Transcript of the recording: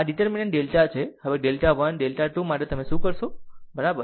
આ determinant delta છે હવે ડેલ્ટા 1 ડેલ્ટા 2 માટે તમે શું કરશો બરાબર